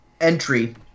entry